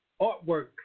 artwork